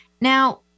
Now